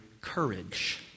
courage